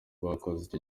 bakoze